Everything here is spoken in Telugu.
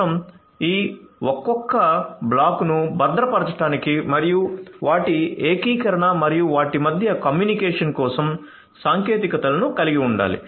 మనం ఈ ఒక్కొక్క బ్లాకును భద్రపరచడానికి మరియు వాటి ఏకీకరణ మరియు వాటి మధ్య కమ్యూనికేషన్ కోసం సాంకేతికతలను కలిగి ఉండాలి